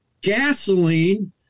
gasoline